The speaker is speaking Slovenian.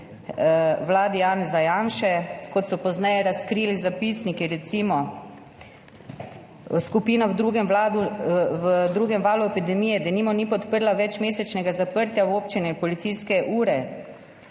vladi Janeza Janše, kot so pozneje razkrili zapisniki. Recimo: skupina v drugem valu epidemije denimo ni podprla večmesečnega zaprtja v občine in policijske ure,